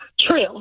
True